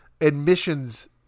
admissions